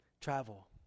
travel